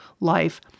life